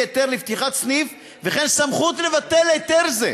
היתר לפתיחת סניף וכן סמכות לבטל היתר זה.